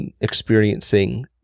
experiencing